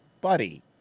Buddy